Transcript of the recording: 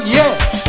yes